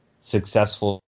successful –